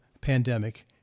pandemic